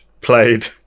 played